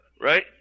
right